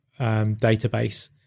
database